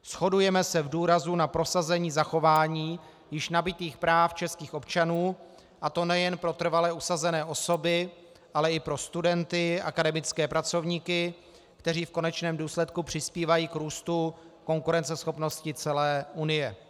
Shodujeme se v důrazu na prosazení zachování již nabytých práv českých občanů, a to nejen pro trvale usazené osoby, ale i pro studenty, akademické pracovníky, kteří v konečném důsledku přispívají k růstu konkurenceschopnosti celé Unie.